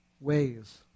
ways